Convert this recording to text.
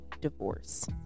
divorce